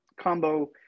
combo